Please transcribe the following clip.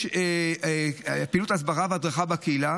יש פעילות הסברה והדרכה בקהילה